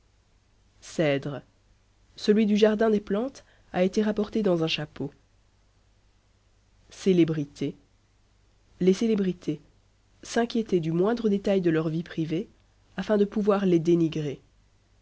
cèdre celui du jardin des plantes a été rapporté dans un chapeau célébrité les célébrités s'inquiéter du moindre détail de leur vie privée afin de pouvoir les dénigrer